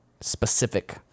specific